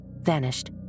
vanished